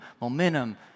momentum